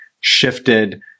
shifted